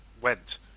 went